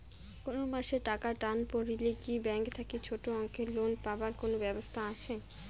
কুনো মাসে টাকার টান পড়লে কি ব্যাংক থাকি ছোটো অঙ্কের লোন পাবার কুনো ব্যাবস্থা আছে?